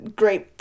great